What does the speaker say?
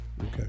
Okay